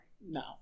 No